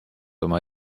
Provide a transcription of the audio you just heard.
oma